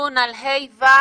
הדיון על ה'-ו'